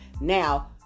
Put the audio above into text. Now